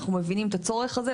אנחנו מבינים את הצורך הזה.